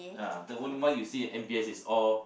ya the only one you see at M_B_S is all